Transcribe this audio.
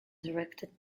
erected